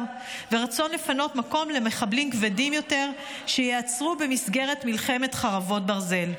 ורצון לפנות מקום למחבלים כבדים יותר שייעצרו במסגרת מלחמת חרבות ברזל.